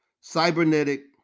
cybernetic